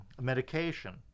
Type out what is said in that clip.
medication